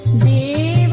me